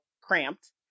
cramped